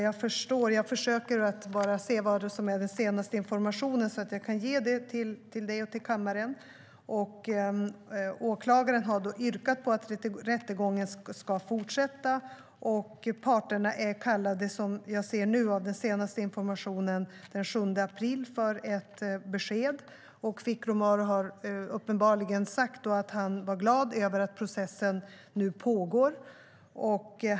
Jag försöker se den senaste informationen i mina papper så att jag kan ge den till Désirée Pethrus och kammaren. Åklagaren har yrkat på att rättegången ska fortsätta, och vad jag ser nu är parterna kallade den 7 april för ett besked. Fikru Maru har sagt att han är glad över att processen nu pågår.